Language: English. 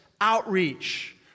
Outreach